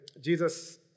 Jesus